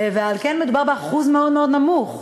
על כן, מדובר באחוז מאוד מאוד נמוך.